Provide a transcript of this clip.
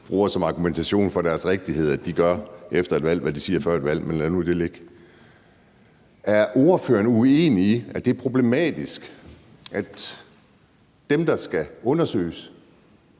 bruger som argumentation for rigtigheden, at de gør efter et valg, hvad de siger før et valg – men lad nu det ligge. Er ordføreren uenig i, at det er problematisk, at dem, der skal undersøges,